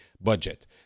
budget